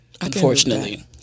Unfortunately